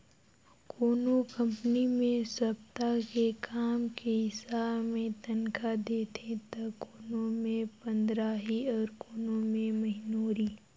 कोनो कंपनी मे सप्ता के काम के हिसाब मे तनखा देथे त कोनो मे पंदराही अउ कोनो मे महिनोरी